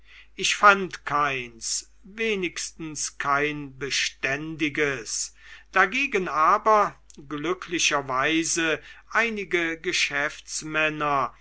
ich fand keins wenigstens kein beständiges dagegen aber glücklicherweise einige geschäftsmänner